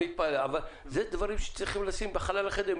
אלה דברים שצריך לומר בחלל החדר.